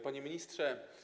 Panie Ministrze!